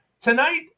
Tonight